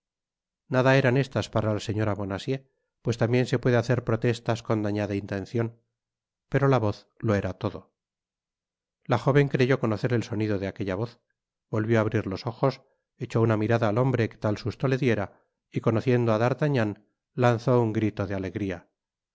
nada eran estas para la señora liona cieux pues tambien se puede hacer protesta con dañada intencion pero la voz lo era todo la jóven creyó conocer el sonido de aquella voz volvió á abrir los ojos echó una mirada al hombre que tal susto le diera y conociendo á d'artagnan lanzó un grito de alegría